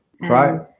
Right